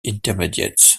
intermediates